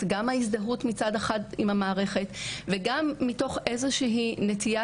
גם מההזדהות מצד אחד עם המערכת וגם מתוך איזו שהיא נטייה